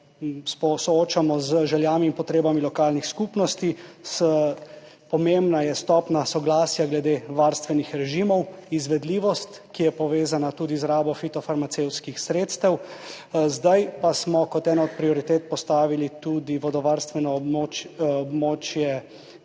soočamo z željami in potrebami lokalnih skupnosti. Pomembna je stopnja soglasja glede varstvenih režimov, izvedljivost, ki je povezana tudi z rabo fitofarmacevtskih sredstev, zdaj pa smo kot eno od prioritet postavili tudi vodovarstveno območje